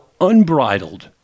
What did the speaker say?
unbridled